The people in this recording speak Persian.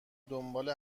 دنبال